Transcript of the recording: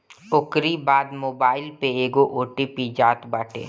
ओकरी बाद मोबाईल पे एगो ओ.टी.पी जात बाटे